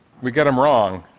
we get them wrong,